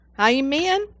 Amen